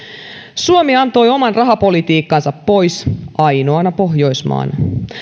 suomi antoi oman rahapolitiikkansa pois ainoana pohjoismaana